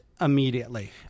immediately